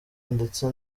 ndetse